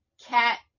cat